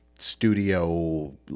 studio